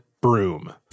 broom